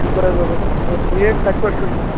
شُکر حظ رۄبَس کُن تُہۍ چھُو حظ ٹھیٖک کَتہِ پٮ۪ٹھ چھُو جناب